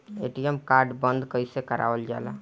ATM card बन्द कईसे करावल जाला?